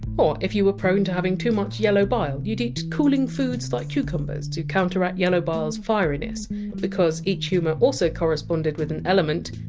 or if you were prone to having too much yellow bile, you! d eat cooling foods like cucumbers, to counteract yellow bile! s firiness because each humour also corresponded with an element,